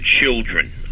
children